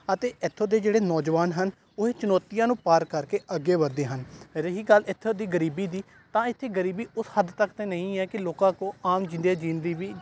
ਅਤੇ ਇੱਥੋਂ ਦੇ ਜਿਹੜੇ ਨੌਜਵਾਨ ਹਨ ਉਹ ਚੁਣੌਤੀਆਂ ਨੂੰ ਪਾਰ ਕਰਕੇ ਅੱਗੇ ਵੱਧਦੇ ਹਨ ਰਹੀ ਗੱਲ ਇੱਥੋਂ ਦੀ ਗਰੀਬੀ ਦੀ ਤਾਂ ਇੱਥੇ ਗਰੀਬੀ ਉਸ ਹੱਦ ਤੱਕ ਤਾਂ ਨਹੀਂ ਹੈ ਕਿ ਲੋਕਾਂ ਕੋਲ ਆਮ ਜ਼ਿੰਦਗੀ ਜੀਣ ਦੀ ਵੀ